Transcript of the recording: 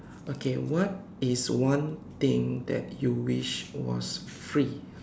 okay what is one thing that you wish was free